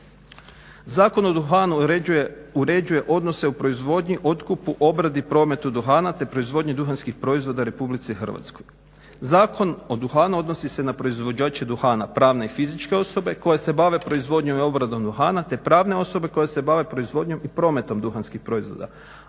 Zakon o duhanu uređuje odnose u proizvodnji, otkupu, obradi, prometu duhana te proizvodnji duhanskih proizvoda RH. Zakon o duhanu odnosi se na proizvođače duhana, pravne i fizičke osobe koje se bave proizvodnjom i obradom duhana te pravne osobe koje se bave proizvodnjom i prometom duhanskih proizvoda,